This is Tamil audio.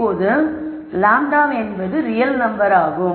இப்போது λ என்பது ரியல் நம்பராகும்